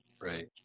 right